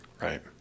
Right